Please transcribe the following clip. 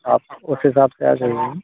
आप उस हिसाब से आ जाइएगा